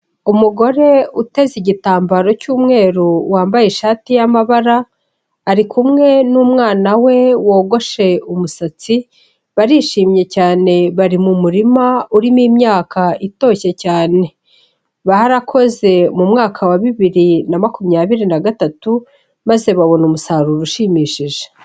Umugore uteze igitambaro cy'umweru wambaye ishati y'amabara, ari kumwe n'umwana we wogoshe umusatsi, barishimye cyane bari mu murima urimo imyaka itoshye cyane, barakoze mu mwaka wa bibiri na makumyabiri na gatatu maze babona umusaruro ushimishije.